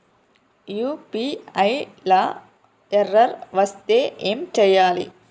UPI లా error వస్తే ఏం చేయాలి?